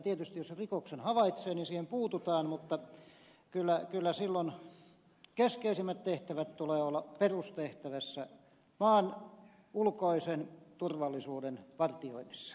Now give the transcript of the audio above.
tietysti jos rikoksen havaitsee siihen puututaan mutta kyllä silloin keskeisimpien tehtävien tulee olla perustehtävässä maan ulkoisen turvallisuuden vartioinnissa